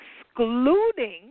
excluding